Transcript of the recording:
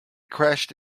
crashed